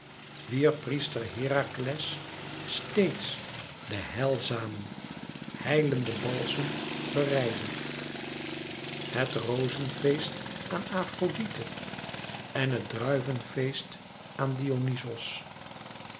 priester herakles steeds den heilzamen heilenden balsem bereidde het rozenfeest aan afrodite en het druivenfeest aan dionyzos